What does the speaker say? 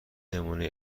نمونه